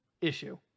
issue